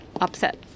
upset